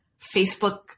Facebook